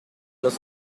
los